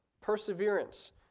perseverance